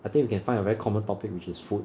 I think we can find a very common topic which is food